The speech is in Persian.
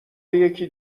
یکی